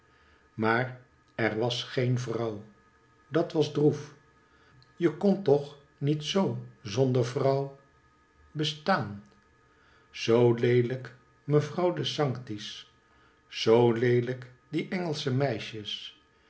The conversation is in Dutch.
maar er was geen vrouw dat was droef je kon toch niet zoo zonder vrouw bestaan zoo leelijk mevrouw de sanctis zoo leelijk die engelsche meisjes